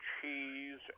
cheese